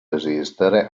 esistere